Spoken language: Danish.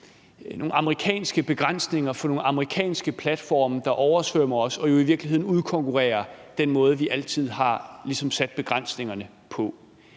for amerikanske begrænsninger for nogle amerikanske platforme, der oversvømmer os og jo i virkeligheden udkonkurrerer den måde, vi altid ligesom har sat begrænsningerne på.